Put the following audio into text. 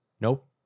Nope